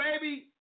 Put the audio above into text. baby